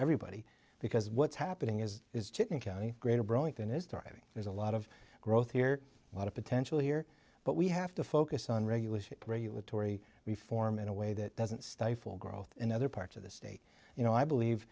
everybody because what's happening is is chipping county greater broke than is thriving there's a lot of growth here a lot of potential here but we have to focus on regulation regulatory reform in a way that doesn't stifle growth in other parts of the state you know i believe